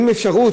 יש אפשרות,